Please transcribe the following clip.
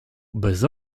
bez